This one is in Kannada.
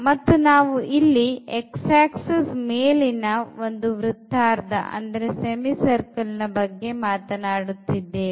ಮತ್ತು ನಾವು ಇಲ್ಲಿ x axis ಮೇಲಿನ ಒಂದು ವೃತ್ತಾರ್ಧ ಬಗ್ಗೆ ಮಾತನಾಡುತ್ತಿದ್ದೇವೆ